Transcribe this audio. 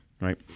right